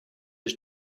his